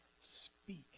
speak